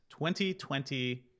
2020